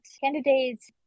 candidates